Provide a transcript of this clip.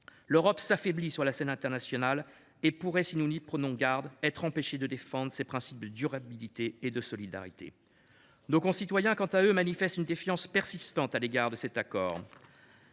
L’Europe s’affaiblit sur la scène internationale et pourrait, si nous n’y prenons garde, être empêchée de défendre ses principes de durabilité et de solidarité. Nos concitoyens, quant à eux, manifestent une défiance persistante à l’égard de cet accord.